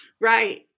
Right